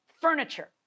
furniture